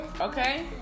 okay